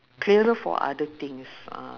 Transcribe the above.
clearer for other things uh